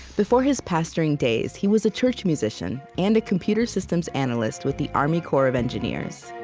before his pastoring days, he was a church musician and a computer systems analyst with the army corp of engineers